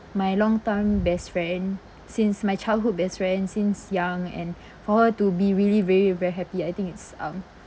my long time best friend since my childhood best friend since young and for her to be really very very happy I think it's um